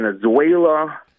Venezuela